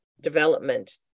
development